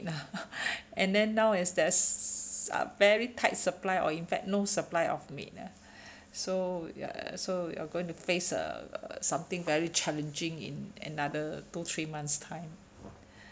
and then now is there's very tight supply or in fact no supply of maid ah so ya so we're going to face uh something very challenging in another two three months time